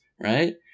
right